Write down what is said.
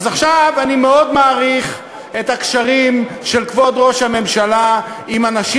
אני מאוד מעריך את הקשרים של כבוד ראש הממשלה עם אנשים